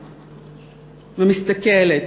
ומסתכלת,